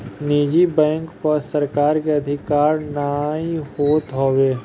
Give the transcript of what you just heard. निजी बैंक पअ सरकार के अधिकार नाइ होत हवे